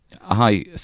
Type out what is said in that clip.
Hi